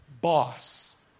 boss